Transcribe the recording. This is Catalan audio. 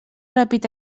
ràpid